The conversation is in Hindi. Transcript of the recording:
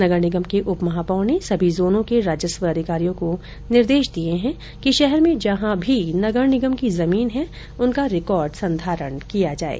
नगर निगम के उप महापौर ने सभी जोनों के राजस्व अधिकारियों को निर्देश दिये है कि शहर में जहां भी नगर निगम की जमीन है उनका रिकॉर्ड संधारण किया जाये